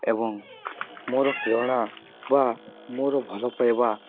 ଏବଂ ମୋର ପ୍ରେରଣା ବା ମୋର ଭଲ ପାଇବା